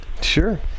Sure